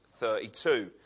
32